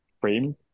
frame